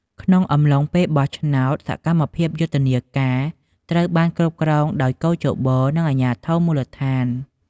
ក្នុងអំឡុងពេលបោះឆ្នោត សកម្មភាពយុទ្ធនាការត្រូវបានគ្រប់គ្រងដោយគ.ជ.ប និងអាជ្ញាធរមូលដ្ឋាន។